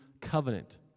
covenant